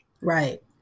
Right